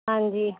ਹਾਂਜੀ